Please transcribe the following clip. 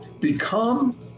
Become